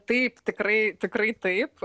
taip tikrai tikrai taip